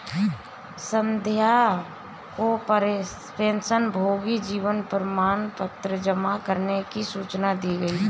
संध्या को पेंशनभोगी जीवन प्रमाण पत्र जमा करने की सूचना दी गई